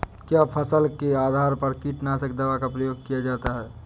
क्या फसल के आधार पर कीटनाशक दवा का प्रयोग किया जाता है?